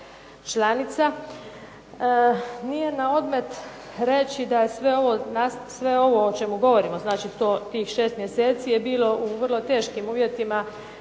članica. Nije na odmet reći da je sve ovo o čemu govorimo znači tih 6 mjeseci je bilo u vrlo teškim uvjetima